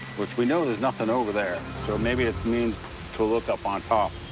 which we know there's nothing over there, so maybe it means to look up on top.